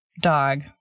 dog